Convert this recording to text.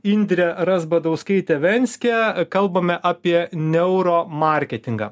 indrė razbadauskaitė venske kalbame apie neuro marketingą